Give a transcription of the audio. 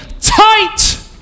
tight